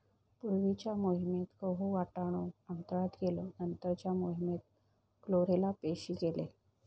पूर्वीच्या मोहिमेत गहु, वाटाणो अंतराळात गेलो नंतरच्या मोहिमेत क्लोरेला पेशी गेले